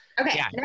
okay